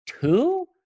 two